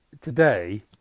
today